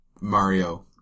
Mario